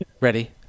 ready